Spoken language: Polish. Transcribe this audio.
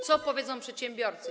Co powiedzą przedsiębiorcy?